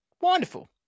Wonderful